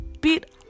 bit